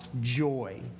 joy